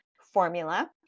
formula